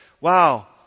wow